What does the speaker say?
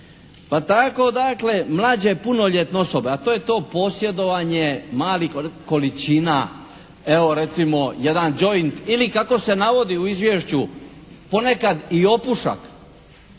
pa tako dakle mlađe punoljetne osobe, a to je to posjedovanje malih količina, evo recimo jedan joint ili kako se navodi u izvješću ponekad i opušak